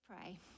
Pray